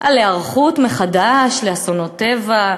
על היערכות מחדש לאסונות טבע,